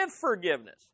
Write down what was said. forgiveness